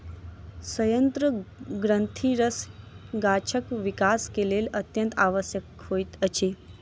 सयंत्र ग्रंथिरस गाछक विकास के लेल अत्यंत आवश्यक होइत अछि